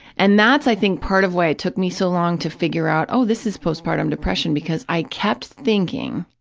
and that's, i think, part of why it took me so long to figure out, oh, this is postpartum depression, because i kept thinking,